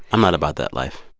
i'm not about that life